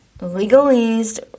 legalized